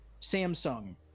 samsung